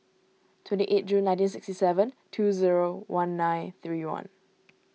twenty eight June nineteen sixty seven two zero one nine three one